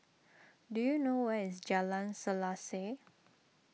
do you know where is Jalan Selaseh